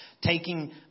Taking